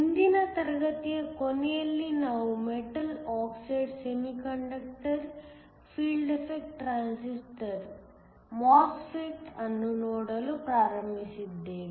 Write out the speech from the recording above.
ಹಿಂದಿನ ತರಗತಿಯ ಕೊನೆಯಲ್ಲಿ ನಾವು metal oxide semiconductor field effect transistor ಅನ್ನು ನೋಡಲು ಪ್ರಾರಂಭಿಸಿದ್ದೇವೆ